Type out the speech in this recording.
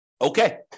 Okay